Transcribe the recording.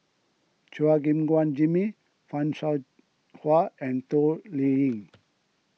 Chua Gim Guan Jimmy Fan Shao Hua and Toh Liying